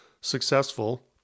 successful